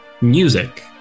music